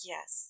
Yes